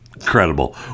incredible